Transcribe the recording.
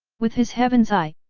with his heaven's eye,